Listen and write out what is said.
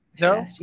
No